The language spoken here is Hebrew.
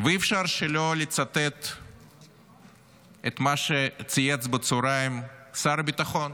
ואי-אפשר שלא לצטט את מה שצייץ בצוהריים שר הביטחון,